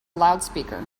loudspeaker